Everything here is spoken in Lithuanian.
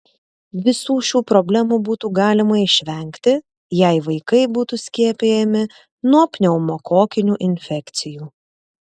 visų šių problemų būtų galima išvengti jei vaikai būtų skiepijami nuo pneumokokinių infekcijų